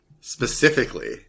specifically